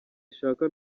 ishaka